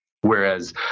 Whereas